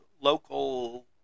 local